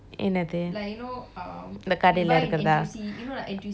the கடையில் இருக்குறதா:kadaile irukkurethaa oh oh oh